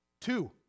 Two